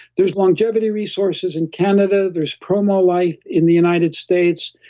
there's longevity resources in canada, there's promolife in the united states,